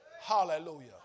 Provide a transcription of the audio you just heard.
Hallelujah